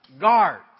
guards